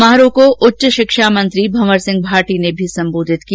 समारोह को उच्च शिक्षा मंत्री भंवरसिंह भाटी ने भी संबोधित किया